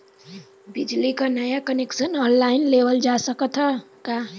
बिजली क नया कनेक्शन ऑनलाइन लेवल जा सकत ह का?